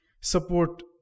support